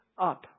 up